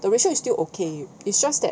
the ratio is still okay it's just that